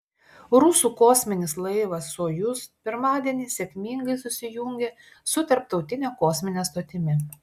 rusų kosminis laivas sojuz pirmadienį sėkmingai susijungė su tarptautine kosmine stotimi